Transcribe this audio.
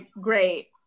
great